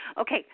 Okay